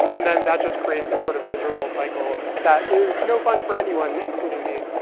and then that just creates a sort of miserable cycle that is no fun for anyone, including me.